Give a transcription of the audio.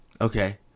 Okay